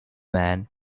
man